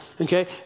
Okay